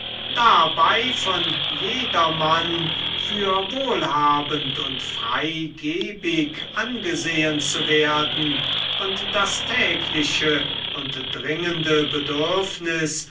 dabei von jedermann für wohlhabend und freigebig angesehen zu werden und das tägliche und dringende bedürfnis